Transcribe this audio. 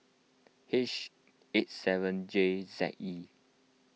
H eight seven J Z E